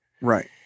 right